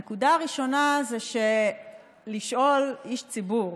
הנקודה הראשונה זה שלשאול איש ציבור,